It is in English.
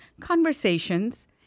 conversations